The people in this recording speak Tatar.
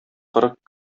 кырык